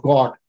God